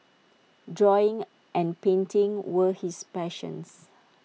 drawing and painting were his passions